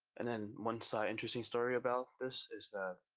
and then one so interesting story about this is that,